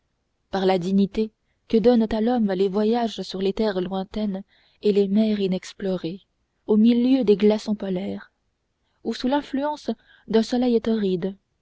par la dignité que donnent à l'homme les voyages sur les terres lointaines et les mers inexplorées au milieu des glaçons polaires ou sous l'influence d'un soleil torride